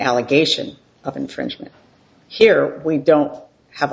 allegation of infringement here we don't have